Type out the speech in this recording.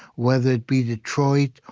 whether it be detroit,